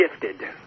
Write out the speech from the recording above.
gifted